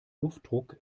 luftdruck